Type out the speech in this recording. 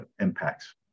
impacts